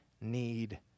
need